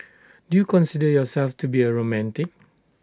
do you consider yourself to be A romantic